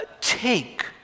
Take